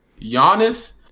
Giannis